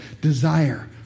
desire